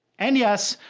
and yes,